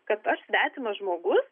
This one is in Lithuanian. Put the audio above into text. kad aš svetimas žmogus